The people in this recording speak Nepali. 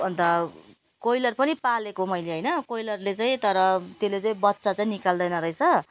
अन्त कोइलर पनि पालेको मैले होइन कोइलरले चाहिँ तर त्यसले चाहिँ बच्चा चाहिँ निकाल्दैन रहेछ